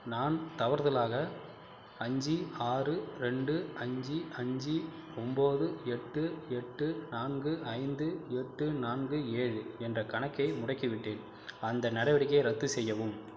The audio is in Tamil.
நான் தவறுதலாக அஞ்சு ஆறு ரெண்டு அஞ்சுஅஞ்சு ஒம்பது எட்டு எட்டு நான்கு ஐந்து எட்டு நான்கு ஏழு என்ற கணக்கை முடக்கிவிட்டேன் அந்த நடவடிக்கையை ரத்து செய்யவும்